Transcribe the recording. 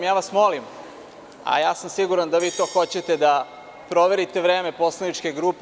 Ja vas molim, a ja sam siguran da vi to hoćete, da proverite vreme poslaničke grupe.